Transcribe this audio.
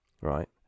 right